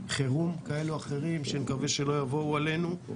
חירום כאלה או אחרים, שאני מקווה שלא יבואו עלינו.